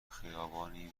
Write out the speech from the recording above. خیابانی